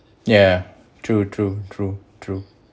ya ya true true true true